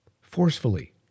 forcefully